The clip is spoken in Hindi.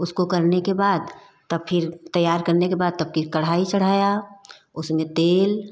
उसको करने के बाद तब फिर तैयार करने के बाद तब की कढ़ाई चढ़ाया उसमें तेल